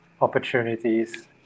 opportunities